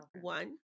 one